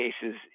cases